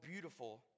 beautiful